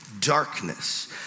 darkness